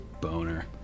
Boner